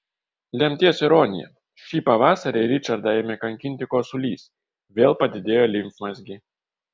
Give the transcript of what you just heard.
lemties ironija šį pavasarį ričardą ėmė kankinti kosulys vėl padidėjo limfmazgiai